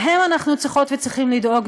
להם אנחנו צריכות וצריכים לדאוג,